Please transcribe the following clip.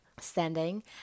standing